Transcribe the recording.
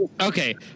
okay